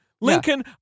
Lincoln